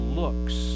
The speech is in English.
looks